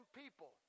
people